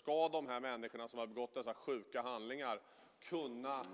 Ska de här människorna som har begått dessa sjuka handlingar kunna